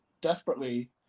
desperately